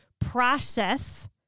process